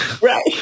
Right